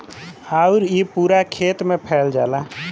आउर इ पूरा खेत मे फैल जाला